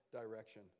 direction